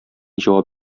җавап